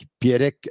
Pierre